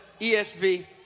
ESV